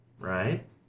right